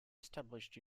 established